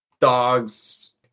dogs